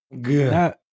Good